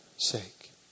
sake